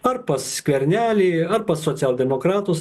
ar pas skvernelį ar pas socialdemokratus